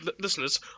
listeners